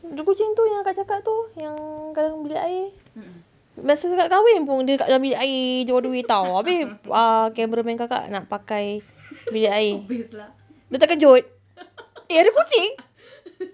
ada kucing tu yang kakak cakap tu yang dekat dalam bilik air masa kakak kahwin pun dia dekat dalam bilik air jer all the way [tau] habis err cameraman kakak nak pakai bilik air dia terkejut eh ada kucing